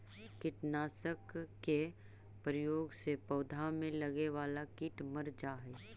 कीटनाशक के प्रयोग से पौधा में लगे वाला कीट मर जा हई